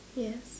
yes